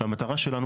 המטרה שלנו